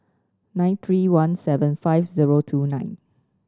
nine three one seven five zero two nine